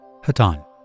Hatan